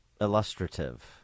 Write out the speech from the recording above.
illustrative